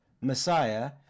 Messiah